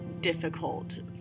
difficult